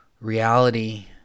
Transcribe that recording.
reality